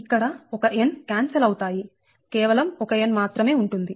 ఇక్కడ ఒక n cancel అవుతుంది కేవలం ఒక n మాత్రమే ఉంటుంది